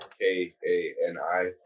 K-A-N-I